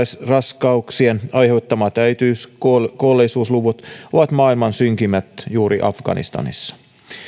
raskauksien aiheuttamat äitiyskuolleisuusluvut ovat maailman synkimmät juuri afganistanissa